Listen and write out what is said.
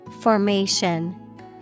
Formation